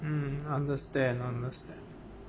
um understand understand